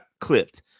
clipped